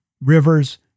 Rivers